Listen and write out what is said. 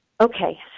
Okay